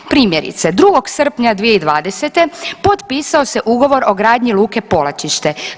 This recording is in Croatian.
Primjerice, 2. srpnja 2020. potpisao se ugovor o gradnji luke Polačišće.